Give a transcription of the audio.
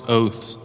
oaths